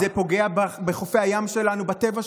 זה פוגע בחופי הים שלנו, בטבע שלנו.